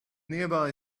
nearby